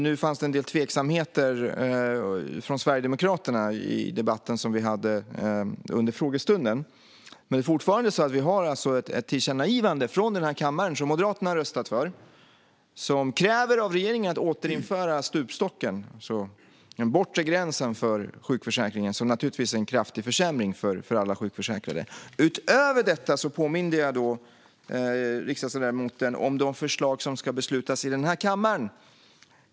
Nu fanns det en del tveksamheter från Sverigedemokraterna i debatten som vi hade under frågestunden, men det är fortfarande så att vi har ett tillkännagivande från denna kammare, som Moderaterna har röstat för, som kräver av regeringen att återinföra stupstocken, den bortre gränsen för sjukförsäkringen, vilket naturligtvis vore en kraftig försämring för alla sjukförsäkrade. Utöver detta påminde jag riksdagsledamoten om de förslag som ska beslutas i den här kammaren.